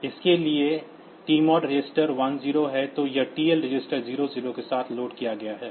इसलिए इसके लिए टीमोड रजिस्टर 1 0 है तो यह TL रजिस्टर 0 0 के साथ लोड किया गया है